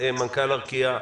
מנכ"ל חברת ארקיע,